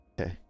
Okay